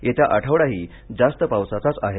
येता आठवडाही जास्त पावसाचाच आहे